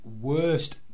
worst